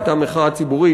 הייתה מחאה ציבורית,